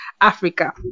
Africa